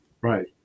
Right